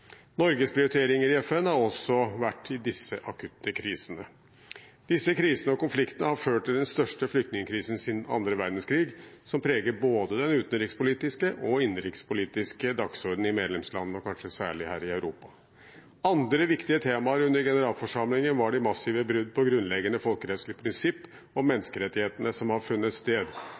Norges prioriteringer i FN har også vært i disse akutte krisene. Disse krisene og konfliktene har ført til den største flyktningkrisen siden andre verdenskrig og preger både den utenrikspolitiske og den innenrikspolitiske dagsordenen i medlemslandene, og kanskje særlig her i Europa. Andre viktige temaer under generalforsamlingen var de massive brudd på grunnleggende folkerettslige prinsipp om menneskerettighetene som har funnet sted: